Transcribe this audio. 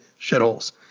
shitholes